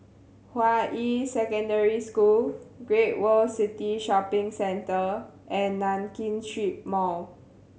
Hua Yi Secondary School Great World City Shopping Centre and Nankin Street Mall